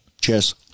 Cheers